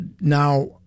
now